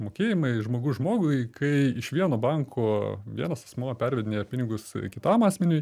mokėjimai žmogus žmogui kai iš vieno banko vienas asmuo pervedinėja pinigus kitam asmeniui